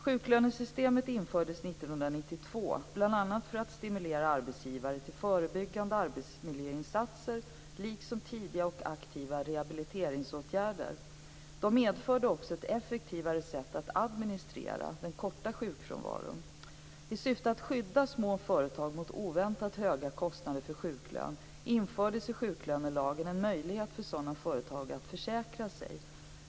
Sjuklönesystemet infördes 1992 bl.a. för att stimulera arbetsgivare till förebyggande arbetsmiljöinsatser liksom tidiga och aktiva rehabiliteringsåtgärder. Det medförde också ett effektivare sätt att administrera den korta sjukfrånvaron. I syfte att skydda små företag mot oväntat höga kostnader för sjuklön infördes i sjuklönelagen en möjlighet för sådana företag att försäkra sig.